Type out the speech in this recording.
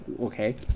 okay